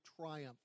triumph